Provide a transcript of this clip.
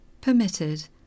permitted